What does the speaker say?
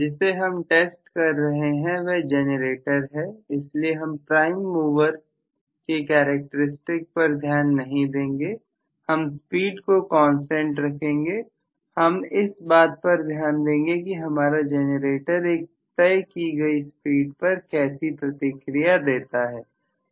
जिसे हम टेस्ट कर रहे हैं वह जनरेटर हैइसलिए हम प्राइम मोबाइल की कैरेक्टरिस्टिक पर ध्यान नहीं देंगे हम स्पीड को कांस्टेंट रखेंगे हम इस बात पर ध्यान देंगे कि हमारा जनरेटर एक तय की गई स्पीड पर कैसी प्रतिक्रिया देता है